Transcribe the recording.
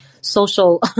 social